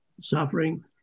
Suffering